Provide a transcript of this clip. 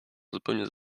zupełnie